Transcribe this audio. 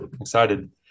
Excited